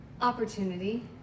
Opportunity